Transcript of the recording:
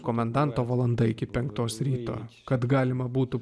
komendanto valanda iki penktos ryto kad galima būtų